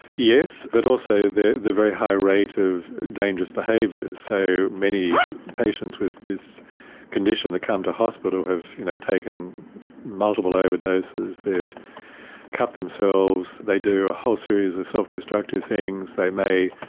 yes, but also the the very high rate of dangerous behaviours. so, many patients with this condition that come to hospital have you know taken multiple overdoses, they have cut themselves, they do a whole series of self-destructive things. they may,